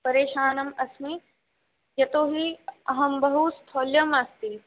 परेशानम् अस्मि यतोऽहि अहं बहु स्थौल्यमस्ति